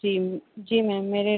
जी जी मैम मेरे